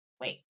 Wait